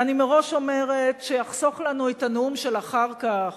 ואני מראש אומרת שיחסוך לנו את הנאום של אחר כך